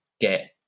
get